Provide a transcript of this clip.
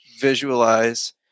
visualize